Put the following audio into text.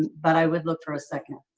but i would look for a second.